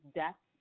death